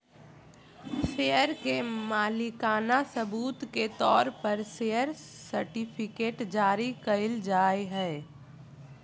share के मालिकाना सबूत के तौर पर शेयर सर्टिफिकेट्स जारी कइल जाय हइ